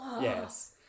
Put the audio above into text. Yes